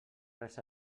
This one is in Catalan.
res